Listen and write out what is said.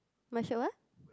my sure what